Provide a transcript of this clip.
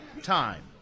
time